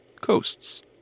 coasts